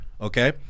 okay